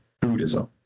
Buddhism